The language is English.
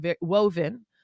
woven